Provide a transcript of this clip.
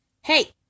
hey